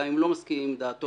גם אם לא מסכימים עם דעתו,